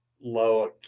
low